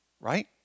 right